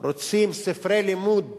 רוצים ספרי לימוד